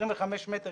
אין 25 מטר,